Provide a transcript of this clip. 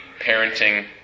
parenting